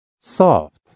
soft